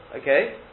okay